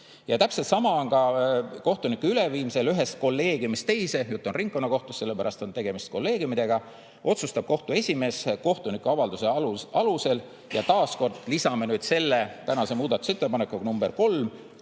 Täpselt sama on ka kohtunike üleviimisel ühest kolleegiumist teise – jutt on ringkonnakohtust, sellepärast on tegemist kolleegiumiga –, otsustab kohtu esimees kohtuniku avalduse alusel. Ja taas kord lisame selle tänase muudatusettepanekuga nr 3: